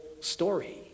Story